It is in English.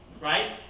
right